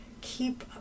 keep